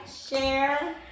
share